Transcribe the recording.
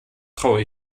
traue